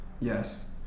Yes